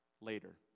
later